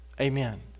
Amen